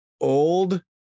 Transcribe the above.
old